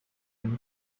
and